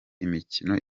imikino